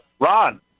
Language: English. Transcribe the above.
Ron